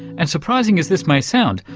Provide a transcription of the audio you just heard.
and surprising as this may sound,